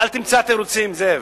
אל תמצא תירוצים, זאב.